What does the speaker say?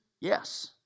Yes